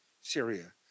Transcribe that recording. Syria